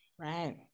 Right